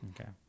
Okay